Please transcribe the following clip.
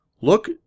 Look